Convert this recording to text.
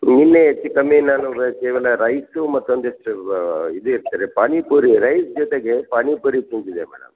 ನಿನ್ನೆ ಹೆಚ್ಚು ಕಮ್ಮಿ ನಾನು ಕೇವಲ ರೈಸು ಮತ್ತೊಂದಿಷ್ಟು ಇದು ಇರ್ತದೆ ಪಾನಿಪುರಿ ರೈಸ್ ಜೊತೆಗೆ ಪಾನಿಪುರಿ ತಿಂದಿದೆ ಮೇಡಮ್